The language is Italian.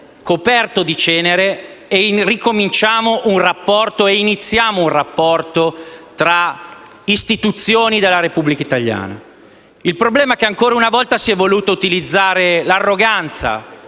coperto di cenere, avrebbe dovuto cercare di iniziare un rapporto tra istituzioni della Repubblica italiana. Il problema è che, ancora una volta, si è voluta utilizzare l'arroganza,